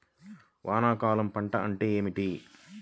వానాకాలం పంట అంటే ఏమిటి?